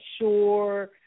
sure